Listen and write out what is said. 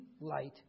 light